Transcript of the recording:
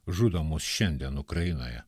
žudo mus šiandien ukrainoje